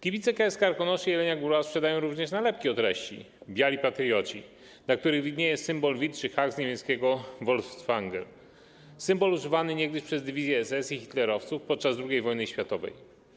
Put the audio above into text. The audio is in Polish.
Kibicie KS Karkonosze Jelenia Góra sprzedają również nalepki o treści „Biali patrioci”, na których widnieje „wilczy hak”, z niemieckiego wolfsangel, symbol używany niegdyś przez dywizje SS i hitlerowców podczas II wojny światowej.